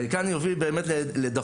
וכאן אני אוביל באמת לדפנה,